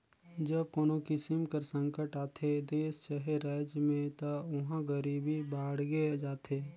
जब कोनो किसिम कर संकट आथे देस चहे राएज में ता उहां गरीबी बाड़गे जाथे